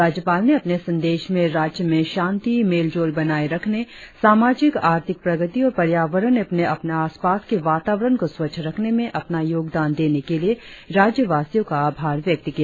राज्यपाल ने अपने संदेश में राज्य में शांति मेलजोल बनाए रखने सामाजिक आर्थिक प्रगति और पर्यावरण एवं अपने आस पास के वातावरण को स्वच्छ रखने में अपना योगदान देने के लिए राज्यवासियों का आभार व्यक्त किया